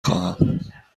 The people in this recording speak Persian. خواهم